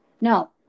no